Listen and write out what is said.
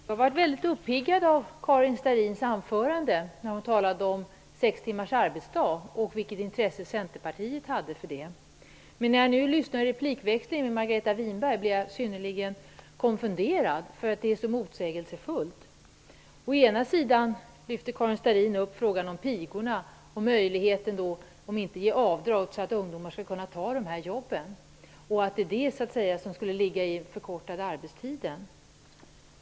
Fru talman! Jag blev väldigt uppiggad av Karin Starrins anförande. Hon talade om vilket intresse När jag nu lyssnar på replikväxlingen med Margareta Winberg blir jag synnerligen konfunderad -- det är så motsägelsefullt. Karin Starrin lyfter upp frågan om pigorna. Hon talar om möjligheten till avdrag, så att ungdomar skall kunna ta dessa jobb. Det skulle så att säga ligga i den förkortade arbetstiden.